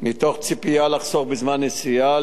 מתוך ציפייה לחסוך בזמן נסיעה.